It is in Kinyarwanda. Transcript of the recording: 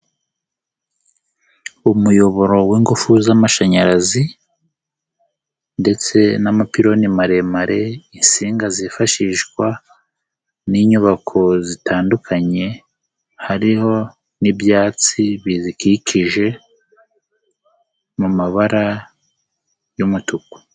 Umuyoboro w'ingufu z'amashanyarazi ndetse n'amapironi maremare, insinga zifashishwa, n'inyubako zitandukanye, hariho n'ibyatsi bizikikije mu mabara y'umutuku.